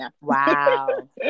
Wow